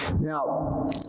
now